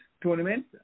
tournament